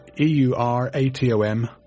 E-U-R-A-T-O-M